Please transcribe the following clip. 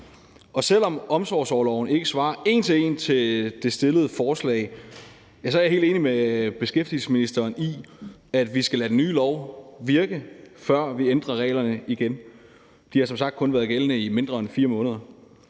Og selv om omsorgsorloven ikke en til en svarer til det fremsatte forslag, er jeg helt enig med beskæftigelsesministeren i, at vi skal lade den nye lov virke, før vi ændrer reglerne igen. De har som sagt kun været gældende i mindre end 4 måneder.